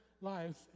lives